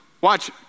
watch